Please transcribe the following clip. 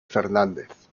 fernández